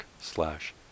slash